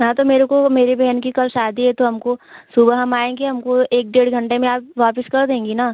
हाँ तो मेरे को मेरी बहन की कल शादी है तो हमको सुवह हम आएँगे हमको एक डेढ़ घंटे में आप वापस कर देंगी ना